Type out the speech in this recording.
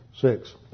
Six